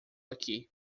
aqui